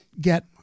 get